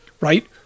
right